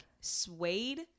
suede